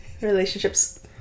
Relationships